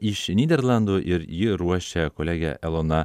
iš nyderlandų ir jį ruošia kolegė elona